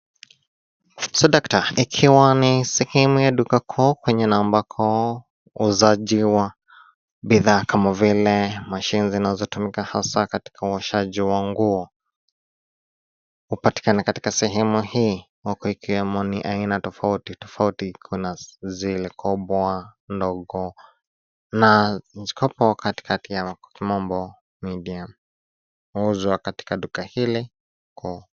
Swadakta likiwa ni sehemu ya duka kuu kwenye na ambako uuzaji wa bidhaa kama vile mashine zinazotumika hasa katika uoshaji wa nguo upatikana katika sehemu hii huku ikiwemo ni aina tofauti tofauti, iko na zile kubwa ndogo na ziko hapo katikati ya kimimbo {cs}medium{cs} huuzwa katika duka hili kuu.